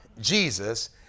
jesus